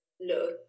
look